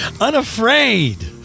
Unafraid